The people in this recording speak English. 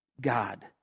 God